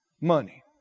money